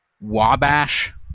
Wabash